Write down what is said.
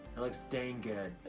it looks dang good.